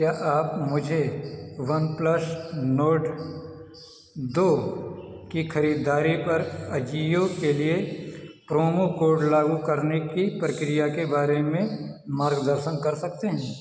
क्या आप मुझे वनप्लस नोर्ड दो की खरीदारी पर अजियो के लिए प्रोमो कोड लागू करने की प्रक्रिया के बारे में मार्गदर्शन कर सकते हैं